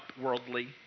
worldly